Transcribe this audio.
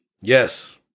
yes